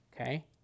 Okay